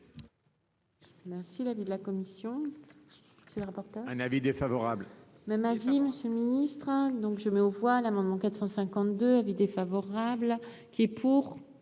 Merci,